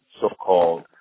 so-called